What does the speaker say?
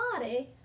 body